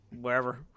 wherever